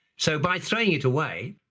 so by throwing it away,